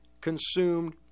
consumed